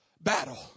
battle